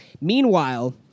Meanwhile